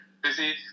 busy